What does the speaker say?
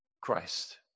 Christ